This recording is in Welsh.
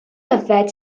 yfed